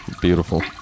Beautiful